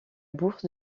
bourse